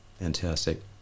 fantastic